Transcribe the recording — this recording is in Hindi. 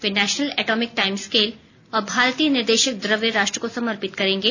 वे नेशनल एटॉमिक टाइम स्केल और भारतीय निर्देशक द्वव्य राष्ट्र को समर्पित करेंगे